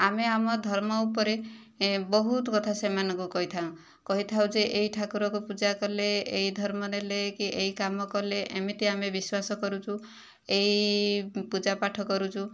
ଆମେ ଆମ ଧର୍ମ ଉପରେ ବହୁତ କଥା ସେମାନଙ୍କୁ କହିଥାଉ କହିଥାଉ ଯେ ଏହି ଠାକୁରଙ୍କୁ ପୂଜା କଲେ ଏହି ଧର୍ମ ନେଲେ କି ଏହି କାମ କଲେ ଏମିତି ଆମେ ବିଶ୍ୱାସ କରୁଛୁ ଏହି ପୂଜା ପାଠ କରୁଛୁ